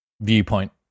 viewpoint